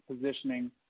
positioning